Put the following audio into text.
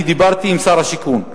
אני דיברתי עם שר השיכון,